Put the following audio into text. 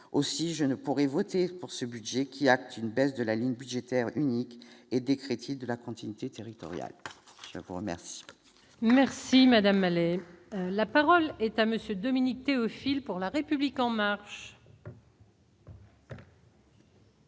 aussi je ne pourrai voter pour ce budget qui une baisse de la ligne budgétaire unique et des critiques de la continuité territoriale, je vous remercie. Merci madame Mallet, la parole est à monsieur Dominique Théophile pour la République en marche.